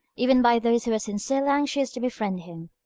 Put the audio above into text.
even by those who are sincerely anxious to befriend him.